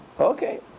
Okay